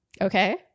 Okay